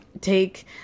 take